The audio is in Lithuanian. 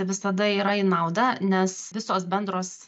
visada yra į naudą nes visos bendros